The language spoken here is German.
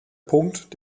punkt